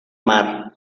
mar